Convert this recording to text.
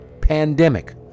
pandemic